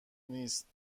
نیست